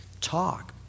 Talk